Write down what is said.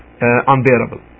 unbearable